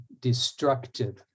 destructive